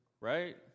Right